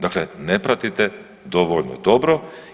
Dakle, ne pratite dovoljno dobro.